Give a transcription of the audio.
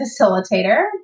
facilitator